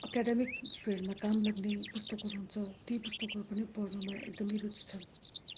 academic फिल्डमा काम लाग्ने पुस्तकहरू हुन्छ ती पुस्तकहरू पनि पढ्नुमा एकदमै रुचि छ